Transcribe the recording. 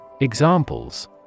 Examples